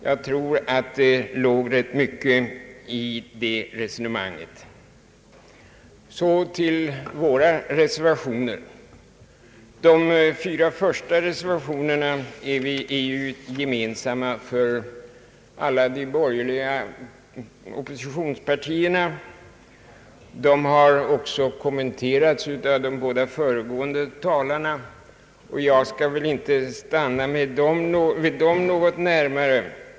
Jag tror att det låg rätt mycket i det resonemanget. Jag vill sedan övergå till att något beröra våra reservationer. De fyra första reservationerna är gemensamma för oppositionspartierna. De har också kommenterats av de båda föregående talarna, och jag skall inte närmare gå in på dessa reservationer.